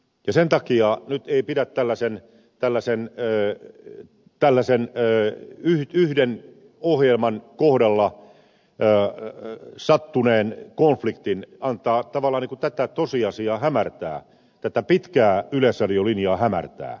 sen takia nyt ei pidä tällaisen yhden ohjelman kohdalla sattuneen konfliktin antaa tavallaan niin kuin tätä tosiasiaa hämärtää tätä pitkää yleisradiolinjaa hämärtää